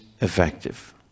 effective